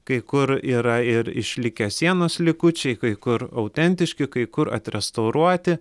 kai kur yra ir išlikę sienos likučiai kai kur autentiški kai kur atrestauruoti